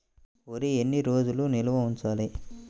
వరి ఎన్ని రోజులు నిల్వ ఉంచాలి?